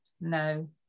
no